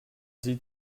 sieht